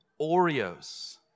Oreos